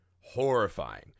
horrifying